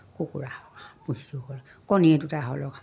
কুকুৰা পুহিছোঁ হ'ল কণীয়ে দুটা হ'লেও